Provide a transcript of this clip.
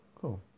Cool